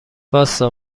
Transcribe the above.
واستا